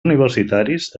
universitaris